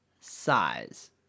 size